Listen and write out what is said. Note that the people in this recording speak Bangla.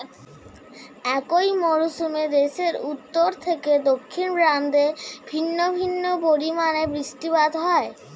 একই মরশুমে দেশের উত্তর থেকে দক্ষিণ প্রান্তে ভিন্ন ভিন্ন পরিমাণে বৃষ্টিপাত হয়